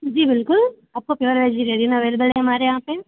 जी हाँ बिलकुल आपका प्योर वेजिरेरियन अवेलबल है हमारे यहाँ पर